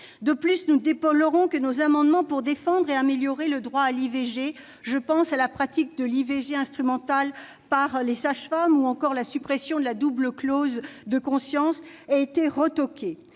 De plus, nous déplorons que nos amendements tendant à défendre et à améliorer le droit à l'IVG- je pense à l'autorisation de la pratique de l'IVG instrumentale par les sages-femmes, ou encore à la suppression de la double clause de conscience -aient été retoqués.